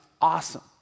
awesome